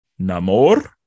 Namor